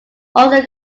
also